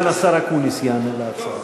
מי עונה?